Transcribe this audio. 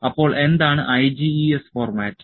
അപ്പോൾ എന്താണ് IGES format